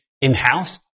in-house